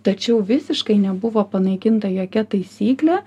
tačiau visiškai nebuvo panaikinta jokia taisyklė